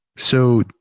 so,